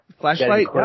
Flashlight